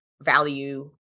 value